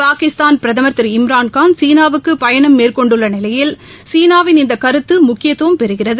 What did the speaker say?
பாகிஸ்தான் பிரதமர் திரு இம்ரான்கான் சீனாவுக்கு பயணம் மேற்கொண்டுள்ள நிலையில் சீனாவின் இந்த கருத்து முக்கியத்துவம் பெறுகிறது